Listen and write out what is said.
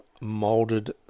molded